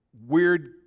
weird